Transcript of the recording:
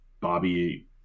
bobby